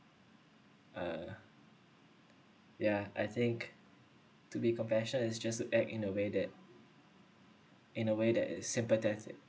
uh yeah I think to be compassion is just to act in a way that in a way that is sympathetic